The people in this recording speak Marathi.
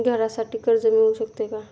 घरासाठी कर्ज मिळू शकते का?